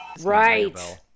Right